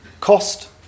cost